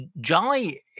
Jolly